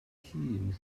hŷn